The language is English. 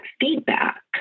feedback